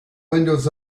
windows